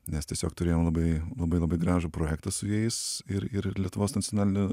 nes tiesiog turėjom labai labai labai gražų projektą su jais ir ir lietuvos nacionaliniu